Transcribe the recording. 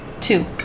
Two